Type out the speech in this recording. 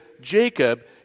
Jacob